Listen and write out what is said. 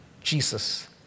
Jesus